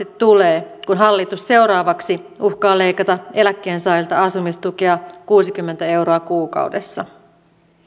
tulee kun hallitus seuraavaksi uhkaa leikata eläkkeensaajilta asumistukea kuusikymmentä euroa kuukaudessa